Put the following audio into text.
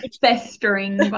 festering